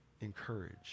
encourage